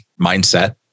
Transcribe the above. mindset